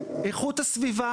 איכות הסביבה